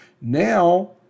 Now